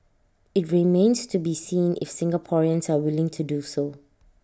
IT remains to be seen if Singaporeans are willing to do so